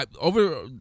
over